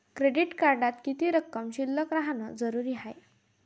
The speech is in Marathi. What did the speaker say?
क्रेडिट कार्डात किती रक्कम शिल्लक राहानं जरुरी हाय?